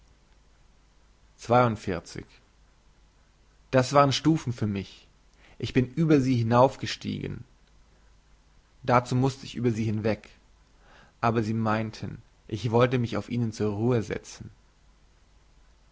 das waren stufen für mich ich bin über sie hinaufgestiegen dazu musste ich über sie hinweg aber sie meinten ich wollte mich auf ihnen zur ruhe setzen